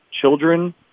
children